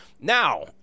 now